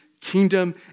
kingdom